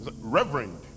Reverend